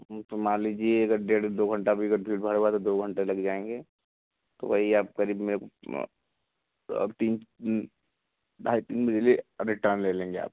तो मान लीजिये अगर डेढ़ दो घंटा बिगड़ता है तो भी दो घंटे लग जायेंगे वही आप करीब में तीन ढाई तीन मेरे लिये रिटर्न ले लेंगे आप